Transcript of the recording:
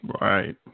Right